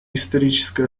историческая